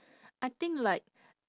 I think like